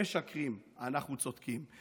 הם משקרים, אנחנו צודקים.